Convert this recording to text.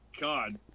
god